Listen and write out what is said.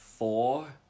Four